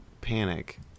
panic